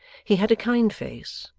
he had a kind face.